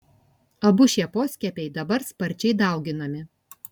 abu šie poskiepiai dabar sparčiai dauginami